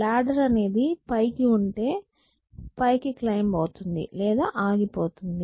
ladder అనేది పైకి ఉంటె పైకి క్లైమ్బ్ అవుతుంది లేదా ఆగిపోతుంది